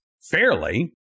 fairly